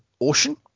ocean